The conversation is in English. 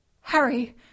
Harry